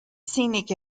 scenic